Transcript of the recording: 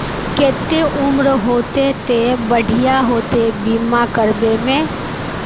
केते उम्र होते ते बढ़िया होते बीमा करबे में?